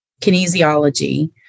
kinesiology